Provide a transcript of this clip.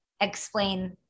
explain